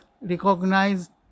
recognized